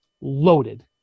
loaded